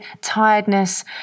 tiredness